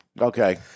Okay